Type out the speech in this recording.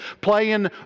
playing